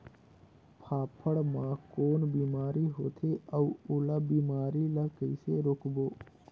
फाफण मा कौन बीमारी होथे अउ ओला बीमारी ला कइसे रोकबो?